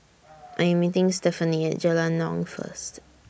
I Am meeting Stefani At Jalan Naung First